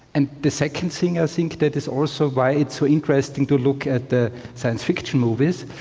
and the second thing i think that is also why it's so interesting to look at the science fiction movies,